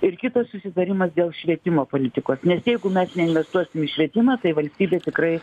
ir kitas susitarimas dėl švietimo politikos nes jeigu mes neinvestuosim į švietimą tai valstybė tikrai